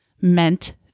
meant